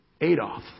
Adolf